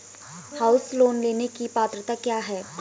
House loan लेने की पात्रता क्या है?